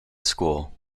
school